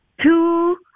two